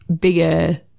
bigger